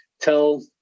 tell